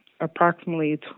approximately